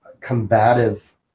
combative